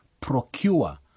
procure